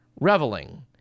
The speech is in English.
reveling